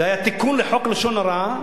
זה היה תיקון לחוק לשון הרע,